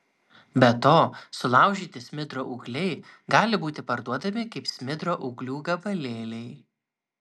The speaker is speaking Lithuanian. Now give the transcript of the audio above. be to sulaužyti smidro ūgliai gali būti parduodami kaip smidro ūglių gabalėliai